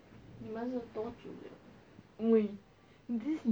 really